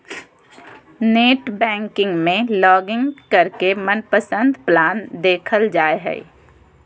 net banking में login करके मनपसंद प्लान देखल जा हय